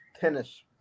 tennis